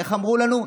איך אמרו לנו?